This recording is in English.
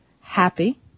happy